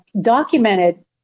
documented